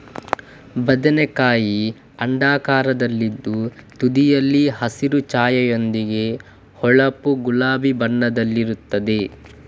ಬದನೆಕಾಯಿ ಅಂಡಾಕಾರದಲ್ಲಿದ್ದು ತುದಿಯಲ್ಲಿ ಹಸಿರು ಛಾಯೆಯೊಂದಿಗೆ ಹೊಳಪು ಗುಲಾಬಿ ಬಣ್ಣದಲ್ಲಿರುತ್ತದೆ